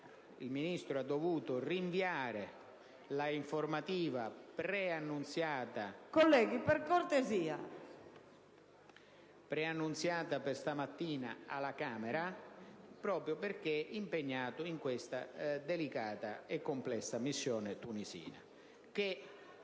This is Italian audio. egli già dovuto rinviare quella preannunziata per stamattina alla Camera, proprio perché impegnato in questa delicata e complessa missione tunisina.